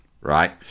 right